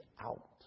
out